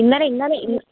ഇന്നലെ ഇന്നലെ ഇന്നലെ